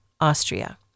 Austria